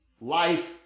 life